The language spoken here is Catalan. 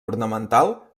ornamental